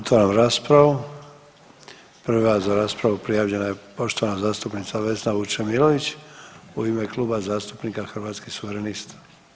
Otvaram raspravu, prva za raspravu prijavljena je poštovana zastupnica Vesna Vučemilović u ime Kluba zastupnika Hrvatskih suverenista.